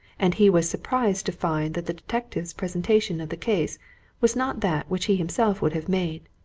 and he was surprised to find that the detective's presentation of the case was not that which he himself would have made.